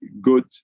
good